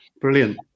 brilliant